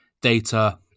data